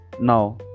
now